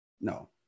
No